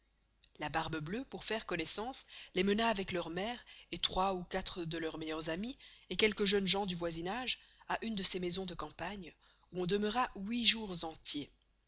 la barbe-bleue pour faire connoissance les mena avec leur mere et trois ou quatre de leurs meilleures amies et quelques jeunes gens du voisinage à une de ses maisons de campagne où on demeura huit jours entiers